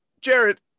Jared